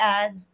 add